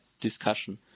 discussion